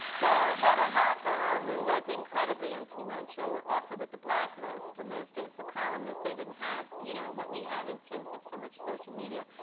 so hedda hopper, who was incredibly influential, also with the black list. in those days, the columnists they didn't have you know what we have in terms of so much social media.